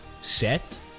set